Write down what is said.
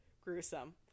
gruesome